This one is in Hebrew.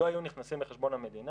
לא היו נכנסים לחשבון המדינה.